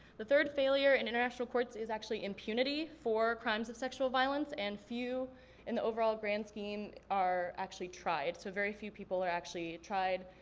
the third failure in international courts is actually impunity for crimes of sexual violence. and few in the overall grand scheme are actually tried. so very few people are actually tried,